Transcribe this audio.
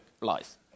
lies